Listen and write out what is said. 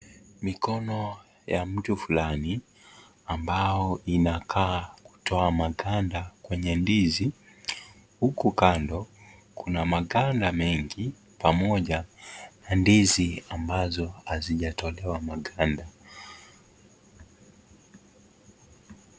Mikono ya mtu fulani ambao inakaa kutoa maganda kwenye ndizi huku kando kuna maganda mengi pamoja na ndizi ambazo hazijatolewa maganda .